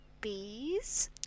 Bees